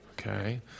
Okay